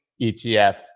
ETF